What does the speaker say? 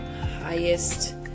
highest